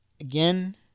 again